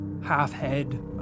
half-head